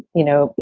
you know,